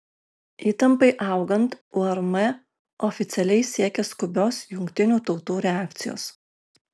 įtampai augant urm oficialiai siekia skubios jungtinių tautų reakcijos